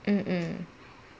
mm mm